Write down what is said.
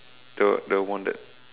the the one that